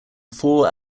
four